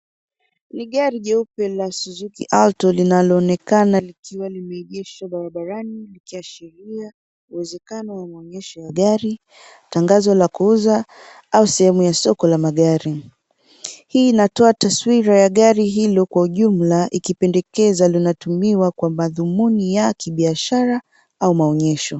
Ni gari jeupe la suzuku auto linaloonekana likiwa limeegeshwa barabarani, likiashiria uwezekano wa maonyesho ya gari, tangazo la kuuza au sehemu ya soko la magari. Hii inatoa taswira ya gari hilo kwa ujumla ikipendekeza linatumiwa kwa madhumun ya kibiashara au maonyesho.